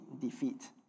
defeat